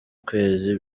kwezi